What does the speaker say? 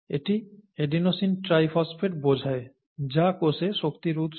এটি adenosine triphosphate বোঝায় যা কোষে শক্তির উৎস